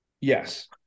Yes